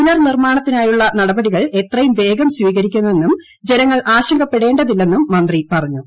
പുനർനിർമാണത്തിനായുള്ള നടപടികൾ എത്രയുംവേഗം സ്വീകരിക്കുമെന്നും ജനങ്ങൾ ആശങ്കപ്പെടേണ്ടതില്ലെന്നും മന്ത്രി പറഞ്ഞു